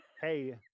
hey